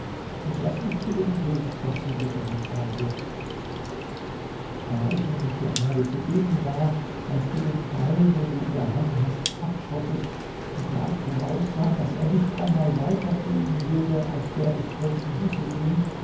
und daß ich dir den weg dazu gebahnt habe da ich nämlich gerade zugegen war als du den pfeil den du in der hand hast abschossest und da ich voraussah daß er nicht einmal weiter fliegen würde als der des prinzen husein